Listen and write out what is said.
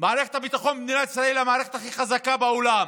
מערכת הביטחון במדינת ישראל היא המערכת הכי חזקה בעולם,